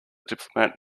diplomat